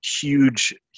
huge